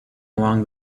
along